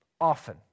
often